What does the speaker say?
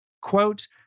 Quote